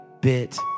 bit